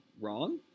wrong